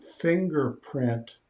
fingerprint